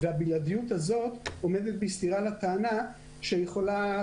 והבלעדיות הזאת עומדת בסתירה לטענה שחברת